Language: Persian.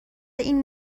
این